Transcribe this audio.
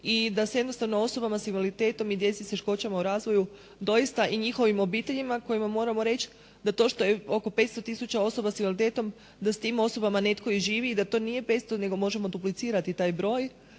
i da se jednostavno osobama s invaliditetom i djeci s teškoćama u razvoju, doista i njihovim obiteljima kojima moramo reći da to što je oko 500 tisuća osoba s invaliditetom da s tim osobama netko i živi i da to nije 500 nego možemo duplicirati taj broj